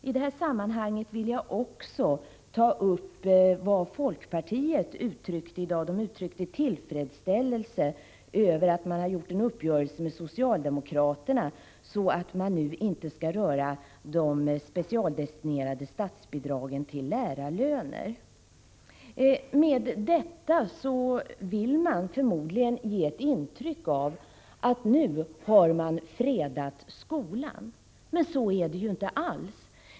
I det här sammanhanget vill jag också ta upp vad folkpartiet har uttryckt i dag, nämligen tillfredsställelse över att ha träffat en uppgörelse med socialdemokraterna, så att de specialdestinerade statsbidragen till lärarlöner nu inte skall röras. Med detta vill man förmodligen ge ett intryck av att man nu har fredat skolan. Men så är det inte alls.